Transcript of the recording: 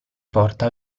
porta